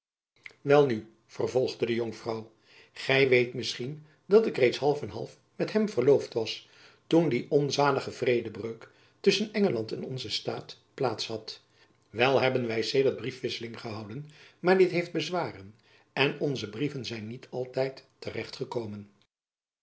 nu vervolgde de jonkvrouw gy weet misschien dat ik reeds half en half met hem verloofd was toen die onzalige vredebreuk tusschen engeland en onzen staat plaats had wel hebben wy sedert briefwisseling gehouden maar dit heeft bezwaren en onze brieven zijn niet altijd